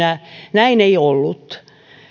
näin ei ollut